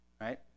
right